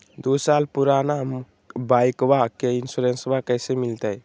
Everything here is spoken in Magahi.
दू साल पुराना बाइकबा के इंसोरेंसबा कैसे मिलते?